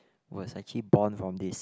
was actually born from this